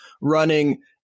running